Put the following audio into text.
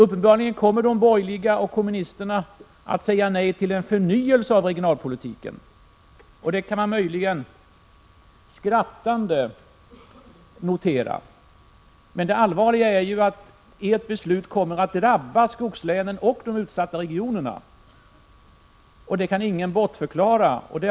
Uppenbarligen kommer de borgerliga och kommunisterna att säga nej till en förnyelse av regionalpolitiken. Det kan man möjligen skrattande notera. Men det allvarliga är ju att ert beslut kommer att drabba skogslänen och de utsatta regionerna; det kan ingen bortförklara.